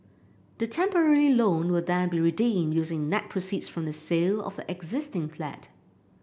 the temporary loan will then be redeemed using net proceeds from the sale of the existing flat